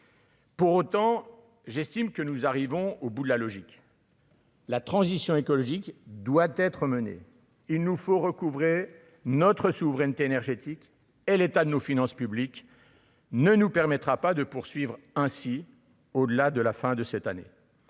Pour autant, j'estime que nous arrivons au bout de la logique. La transition écologique doit être menée, il nous faut recouvrer notre souveraineté énergétique et l'état de nos finances publiques ne nous permettra pas de poursuivre ainsi au-delà de la fin de cette année.